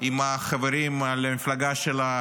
עם החברים למפלגה שלה,